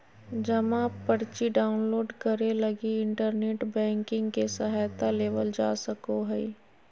जमा पर्ची डाउनलोड करे लगी इन्टरनेट बैंकिंग के सहायता लेवल जा सको हइ